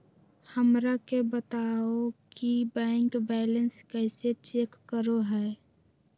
हमरा के बताओ कि बैंक बैलेंस कैसे चेक करो है?